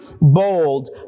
bold